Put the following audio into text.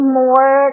more